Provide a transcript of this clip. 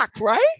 right